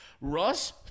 Russ